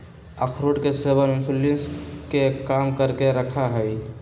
अखरोट के सेवन इंसुलिन के कम करके रखा हई